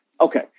Okay